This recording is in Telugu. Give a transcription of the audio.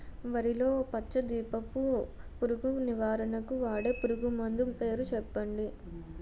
వరిలో పచ్చ దీపపు పురుగు నివారణకు వాడే పురుగుమందు పేరు చెప్పండి?